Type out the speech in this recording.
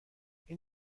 این